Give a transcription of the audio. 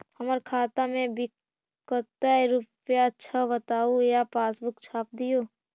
हमर खाता में विकतै रूपया छै बताबू या पासबुक छाप दियो?